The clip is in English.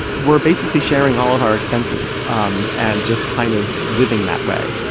we're basically sharing all of our expenses um and just kind of living that way.